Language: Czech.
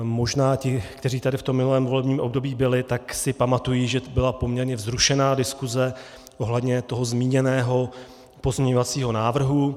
Možná si ti, kteří tady v tom minulém volebním období byli, pamatují, že tady byla poměrně vzrušená diskuze ohledně toho zmíněného pozměňovacího návrhu.